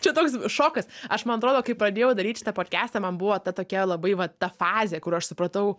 čia toks šokas aš man atrodo kai pradėjau daryt šitą podkestą man buvo ta tokia labai va ta fazė kur aš supratau